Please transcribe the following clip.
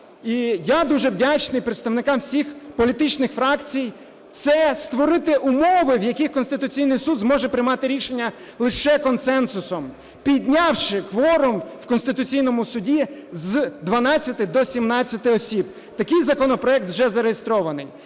і я дуже вдячний представникам всіх політичних фракцій, – це створити умови, в яких Конституційний Суд зможе приймати рішення лише консенсусом, піднявши кворум в Конституційному Суді з 12 до 17 осіб. Такий законопроект вже зареєстрований.